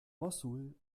mossul